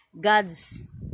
God's